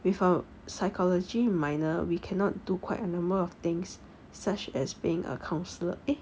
with a psychology minor we cannot do quite a number of things such as being a counsellor